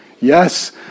Yes